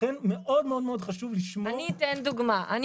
לכן מאוד מאוד חשוב לשמור -- אני אתן דוגמא,